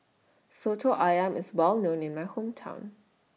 Soto Ayam IS Well known in My Hometown